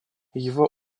его